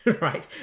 right